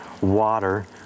water